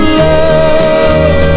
love